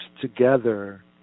together